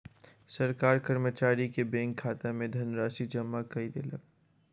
सरकार कर्मचारी के बैंक खाता में धनराशि जमा कय देलक